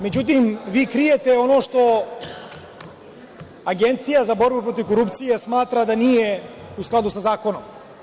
Međutim, vi krijete ono što Agencija za borbu protiv korupcije smatra da nije u skladu sa zakonom.